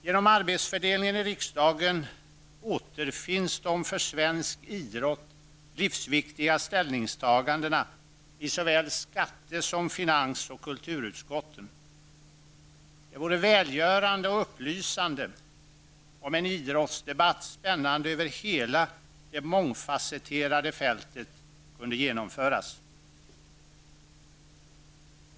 Genom arbetsfördelningen i riksdagen återfinns de för svensk idrott livsviktiga ställningstagandena i såväl skatte som finans och kulturutskotten. Det vore välgörande, och upplysande, om en idrottsdebatt spännande över hela det mångfasetterade fältet kunde genomföras.